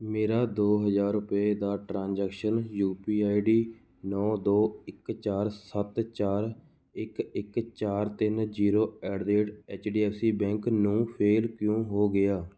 ਮੇਰਾ ਦੋ ਹਜ਼ਾਰ ਰੁਪਏ ਦਾ transaction U P I D ਨੌ ਦੋ ਇੱਕ ਚਾਰ ਸੱਤ ਚਾਰ ਇੱਕ ਇੱਕ ਚਾਰ ਤਿੰਨ zero at the rate H D F C bank ਨੂੰ ਫ਼ੇਲ ਕਿਉ ਹੋ ਗਿਆ